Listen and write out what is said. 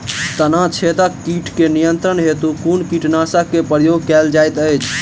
तना छेदक कीट केँ नियंत्रण हेतु कुन कीटनासक केँ प्रयोग कैल जाइत अछि?